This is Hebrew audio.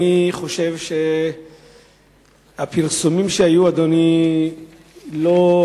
אני חושב שהפרסומים שהיו לא בדיוק